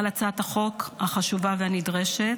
על הצעת החוק החשובה והנדרשת.